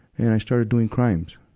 and i started doing crimes.